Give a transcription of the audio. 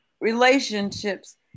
relationships